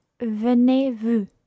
venez-vous